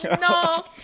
No